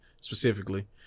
specifically